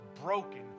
broken